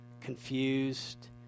confused